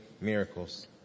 miracles